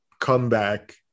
comeback